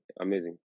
amazing